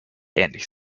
ähnlich